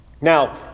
Now